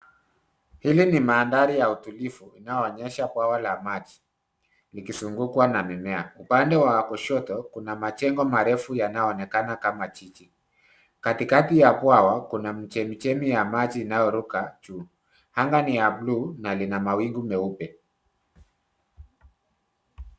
Hili ni mandhari ya utulivu inayoonyesha bwawa la maji likizungukwa na mimea. Upande wa kushoto kuna majengo marefu yanayoonekana kama jiji. Katikati ya bwawa kuna chemichemi ya maji inayoruka juu. Anga ni ya bluu na lina mawingu meupe.